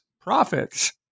profits